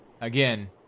again